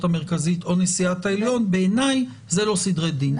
המרכזית או נשיאת העליון בעיניי זה לא סדרי דין.